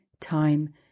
time